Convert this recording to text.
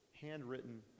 handwritten